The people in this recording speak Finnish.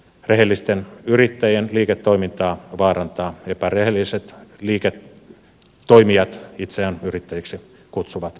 rehellisten yrittäjien liiketoimintaa vaarantavat epärehelliset liiketoimijat itseään yrittäjiksi kutsuvat henkilöt